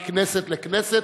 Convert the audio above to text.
מכנסת לכנסת,